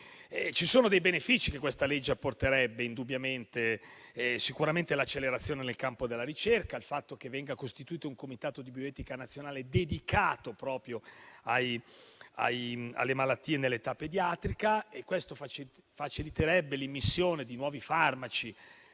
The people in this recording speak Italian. Ci sono dei benefici che indubbiamente questa legge apporterebbe, tra cui sicuramente l'accelerazione nel campo della ricerca e il fatto che venga costituito un comitato di bioetica nazionale dedicato alle malattie nell'età pediatrica: questo faciliterebbe l'immissione di nuovi farmaci